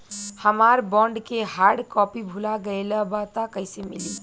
हमार बॉन्ड के hard copy भुला गएलबा त कैसे मिली?